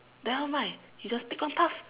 nevermind you just take one puff